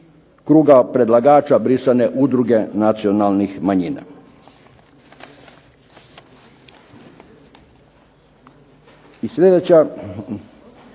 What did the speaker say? I sljedeća